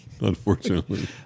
unfortunately